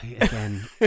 again